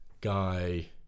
guy